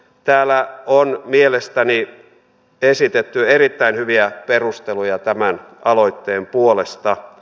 täällä on mielestäni esitetty erittäin hyviä perusteluja tämän aloitteen puolesta